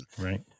Right